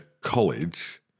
college